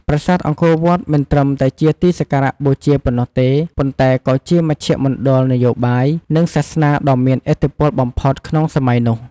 ប្រាសាទអង្គរវត្តមិនត្រឹមតែជាទីសក្ការៈបូជាប៉ុណ្ណោះទេ ប៉ុន្តែក៏ជាមជ្ឈមណ្ឌលនយោបាយ និងសាសនាដ៏មានឥទ្ធិពលបំផុតក្នុងសម័យនោះ។